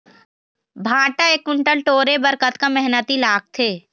भांटा एक कुन्टल टोरे बर कतका मेहनती लागथे?